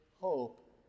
hope